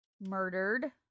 murdered